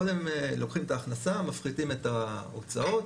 קודם לוקחים את ההכנסה, מפחיתים את ההוצאות,